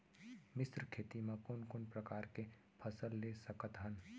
मिश्र खेती मा कोन कोन प्रकार के फसल ले सकत हन?